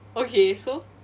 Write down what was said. okay so